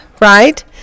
right